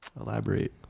elaborate